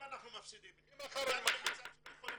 ממחר אני מתחיל.